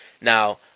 Now